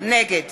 נגד